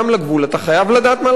אתה חייב לדעת מה לעשות אתו.